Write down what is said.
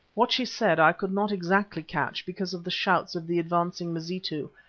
what she said i could not exactly catch because of the shouts of the advancing mazitu.